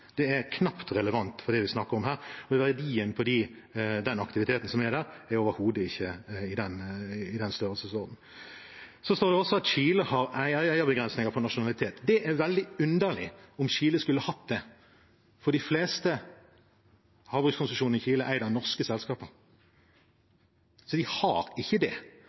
Det er knapt relevant for det vi snakker om her, fordi verdien for den aktiviteten som er der, er overhodet ikke i den størrelsesordenen. Så står det også at Chile har eierbegrensninger på nasjonalitet. Det er veldig underlig om Chile skulle hatt det, for de fleste havbrukskonsesjonene i Chile er eid av norske selskaper, så de har ikke det.